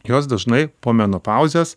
jos dažnai po menopauzės